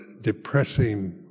depressing